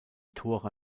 tora